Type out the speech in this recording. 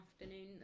afternoon